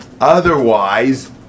Otherwise